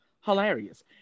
hilarious